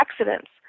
accidents